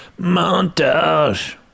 montage